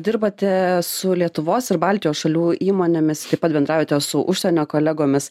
dirbate su lietuvos ir baltijos šalių įmonėmis taip pat bendraujate su užsienio kolegomis